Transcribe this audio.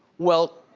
well,